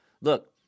Look